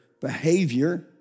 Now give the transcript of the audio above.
behavior